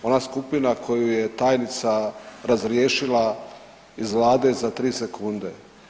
Ona skupina koju je tajnica razriješila iz Vlade za 3 sekunde.